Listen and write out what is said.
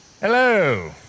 Hello